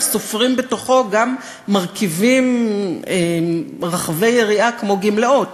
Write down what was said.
סופרים בתוכו גם מרכיבים רחבי יריעה כמו גמלאות.